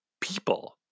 people